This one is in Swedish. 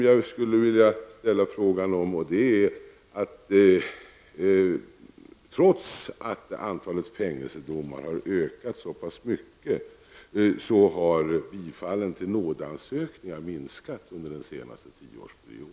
Jag skulle vilja ställa en annan fråga. Trots att antalet fängelsedomar har ökat så pass mycket har bifallen till nådeansökningar minskat under den senaste tioårsperioden.